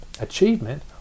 achievement